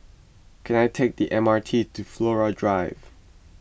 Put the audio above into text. can I take the M R T to Flora Drive